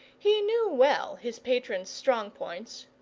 he knew well his patron's strong points,